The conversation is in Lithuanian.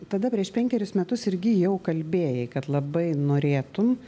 tada prieš penkerius metus irgi jau kalbėjai kad labai norėtum